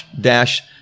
dash